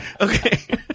Okay